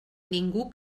ningú